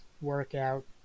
workout